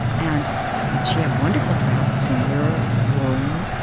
and she had wonderful travels in europe, rome.